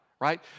right